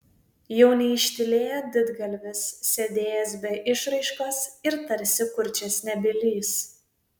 jau neištylėjo didgalvis sėdėjęs be išraiškos ir tarsi kurčias nebylys